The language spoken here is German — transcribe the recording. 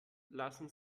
lassen